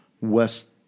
west